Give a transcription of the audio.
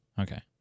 Okay